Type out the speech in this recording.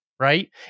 right